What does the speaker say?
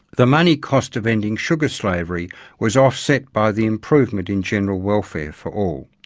the money cost of ending sugar slavery was offset by the improvement in general welfare for all.